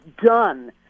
done